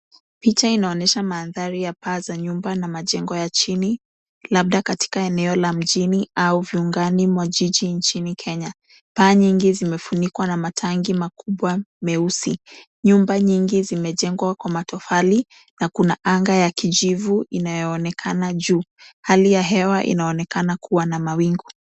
Picha inaonyesha mandhari ya paa za nyumba na majengo ya chini labda katika eneo la mjini au viungani mwa jiji nchini Kenya. Paa nyingi zimefunikwa na matangi makubwa meusi. Nyumba nyingi zimejengwa kwa matofali na kuna anga ya kijivu inayoonekana juu. Hali ya hewa inaonekana kuwa na mawingu.